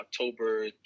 October